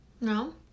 No